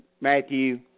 Matthew